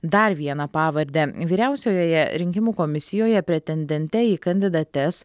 dar viena pavarde vyriausiojoje rinkimų komisijoje pretendente į kandidates